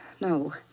no